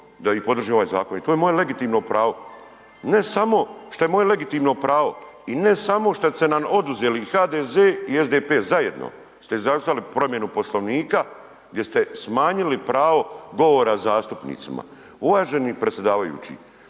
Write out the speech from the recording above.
da im podržim ovaj zakon i to je moje legitimno pravo. Ne samo što je moje legitimno pravo i ne samo šta ste nam oduzeli i HDZ i SDP zajedno ste izazvali promjenu Poslovnika gdje ste smanjili pravo govora zastupnicima. Uvaženi predsjedavajući,